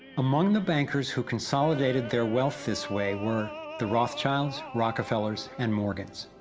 among the bankers who consolidated their wealth this way, were the rothschilds, rockefellers and morgans.